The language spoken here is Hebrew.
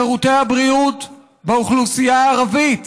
שירותי הבריאות באוכלוסייה הערבית